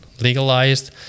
legalized